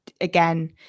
again